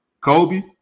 Kobe